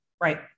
Right